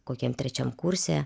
kokiam trečiam kurse